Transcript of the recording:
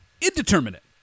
indeterminate